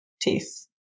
teeth